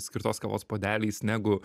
skirtos kavos puodeliais negu